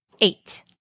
eight